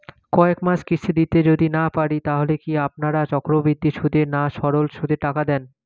কয়েক মাস কিস্তি দিতে যদি না পারি তাহলে কি আপনারা চক্রবৃদ্ধি সুদে না সরল সুদে টাকা দেন?